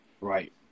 Right